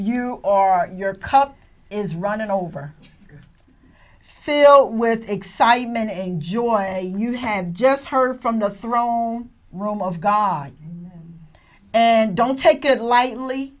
you or your cup is running over filled with excitement enjoy a new hand just heard from the throne room of god and don't take it lightly